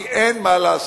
כי אין מה לעשות.